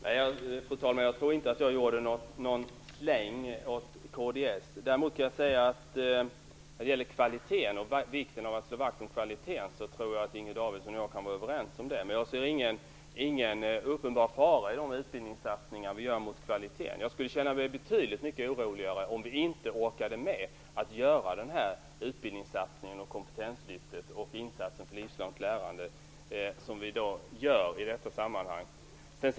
Fru talman! Nej, jag tror inte att jag gjorde någon släng mot kds. Vikten av att slå vakt om kvaliteten tror jag att Inger Davidson och jag kan vara överens om. Men i de utbildningssatsningar som vi gör ser jag ingen uppenbar fara för kvaliteten. Jag skulle känna mig betydligt mycket oroligare om vi inte orkade med att göra utbildningssatsningen, kompetenslyftet och insatsen för livslångt lärande, som vi i dag gör.